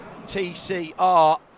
TCR